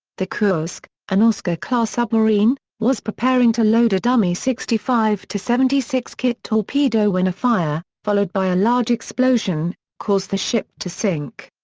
the kursk, an oscar-class submarine, was preparing to load a dummy sixty five seventy six kit torpedo when a fire, followed by a large explosion, caused the ship to sink.